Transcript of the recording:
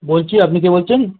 বলছি আপনি কে বলছেন